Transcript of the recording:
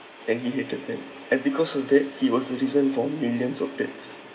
and he hated them and because of that he was the reason for millions of deaths